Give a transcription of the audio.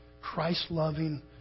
Christ-loving